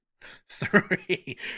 Three